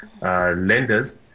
lenders